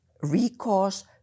recourse